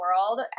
world